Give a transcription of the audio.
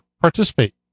participate